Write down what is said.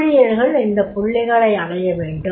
ஊழியர்கள் இந்த புள்ளிகளை அடைய வேண்டும்